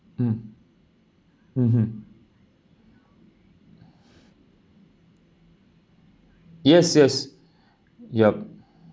mm mmhmm yes yes yup